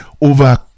over